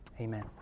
amen